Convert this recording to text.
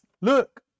Look